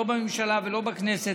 לא בממשלה ולא בכנסת,